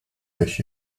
beş